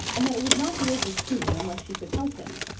and that it would not be over soon unless she could help him.